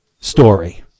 story